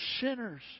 sinners